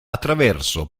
attraverso